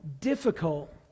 difficult